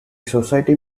society